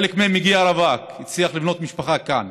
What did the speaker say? חלק מהם הגיעו רווקים והצליחו לבנות משפחה כאן.